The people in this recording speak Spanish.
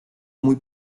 muy